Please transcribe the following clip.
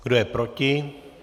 Kdo je proti?